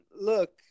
look